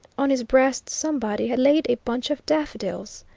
on his breast somebody had laid a bunch of daffodils.